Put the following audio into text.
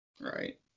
Right